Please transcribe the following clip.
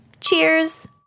Cheers